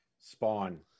Spawn